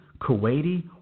Kuwaiti